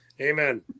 Amen